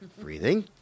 breathing